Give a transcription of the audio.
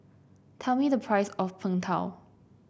tell me the price of Png Tao